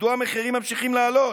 מדוע המחירים ממשיכים לעלות?